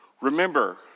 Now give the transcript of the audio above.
Remember